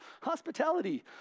hospitality